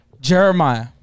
Jeremiah